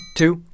two